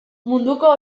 munduko